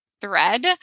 thread